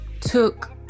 took